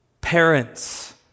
parents